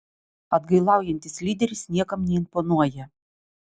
atgailaujantis lyderis niekam neimponuoja